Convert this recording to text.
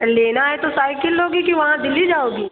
लेना है तो साइकिल लोगी कि वहाँ दिल्ली जाओगी